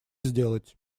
сделать